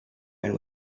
and